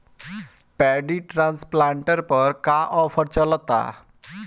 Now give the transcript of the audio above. Paddy transplanter पर का offer चलता?